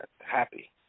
happy